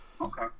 Okay